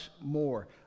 more